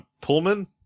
Pullman